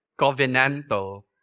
Covenantal